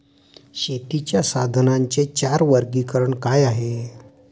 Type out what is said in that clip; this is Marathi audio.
शेतीच्या साधनांचे चार वर्गीकरण काय आहे?